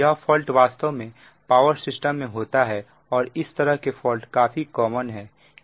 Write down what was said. यह फॉल्ट वास्तव में पावर सिस्टम में होता है और इस तरह के फॉल्ट काफी कॉमन है